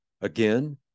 Again